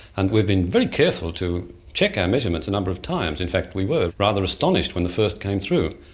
and we've been very careful to check our measurements a number of times. in fact we were rather astonished when the first came through.